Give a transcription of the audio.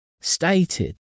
stated